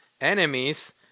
enemies